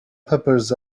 peppers